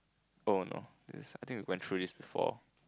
oh no this I think we went through this before